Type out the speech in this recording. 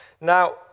Now